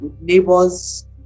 neighbors